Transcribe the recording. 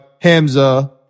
hamza